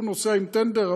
ההוא נוסע עם טנדר,